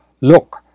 Look